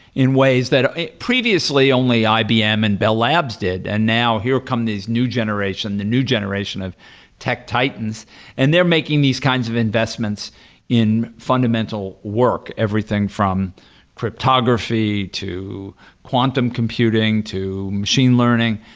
in ways that previously only ibm and bell labs did and now here come these new generation, the new generation of tech titans and they're making these kinds of investments in fundamental work, everything from cryptography, to quantum computing, to machine learning,